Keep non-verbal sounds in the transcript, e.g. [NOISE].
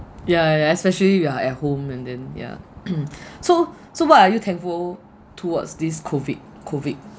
yeah yeah especially if you are at home and then ya [COUGHS] so so what are you thankful towards this COVID COVID